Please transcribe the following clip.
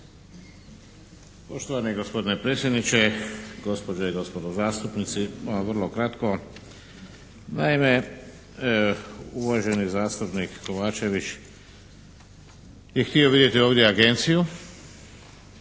Poštovani gospodine predsjedniče, gospođe i gospodo zastupnici. Vrlo kratko. Naime, uvaženi zastupnik Kovačević bi htio vidjeti ovdje agenciju.